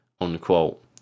unquote